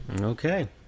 Okay